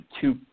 two